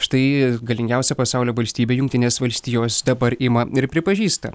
štai galingiausia pasaulio valstybė jungtinės valstijos dabar ima ir pripažįsta